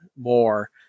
more